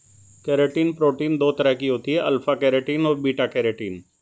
keratin protein दो तरह की होती है अल्फ़ा केरेटिन और बीटा केरेटिन